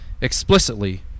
explicitly